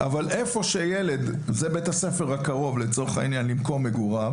אבל איפה שנמצא בית הספר הקרוב למקום מגוריו